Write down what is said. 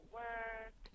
work